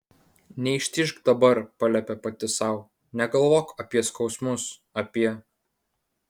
neištižk dabar paliepė pati sau negalvok apie skausmus apie